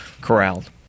corralled